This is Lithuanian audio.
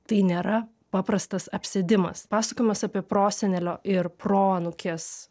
tai nėra paprastas apsėdimas pasakojimas apie prosenelio ir proanūkės